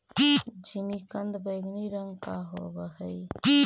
जिमीकंद बैंगनी रंग का होव हई